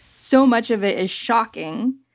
so much of it is shocking,